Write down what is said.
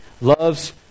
loves